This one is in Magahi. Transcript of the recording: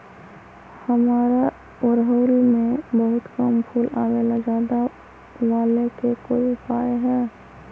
हमारा ओरहुल में बहुत कम फूल आवेला ज्यादा वाले के कोइ उपाय हैं?